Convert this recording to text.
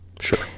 Sure